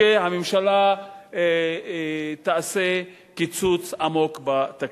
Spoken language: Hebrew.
שהממשלה תעשה קיצוץ עמוק בתקציב.